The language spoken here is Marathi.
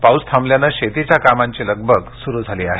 पाऊस थांबल्याने शेतीच्या कामांची लगबग सुरू झाली आहे